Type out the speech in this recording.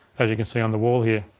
as you can see on the wall here,